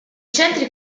centri